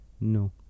No